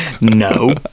No